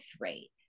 rate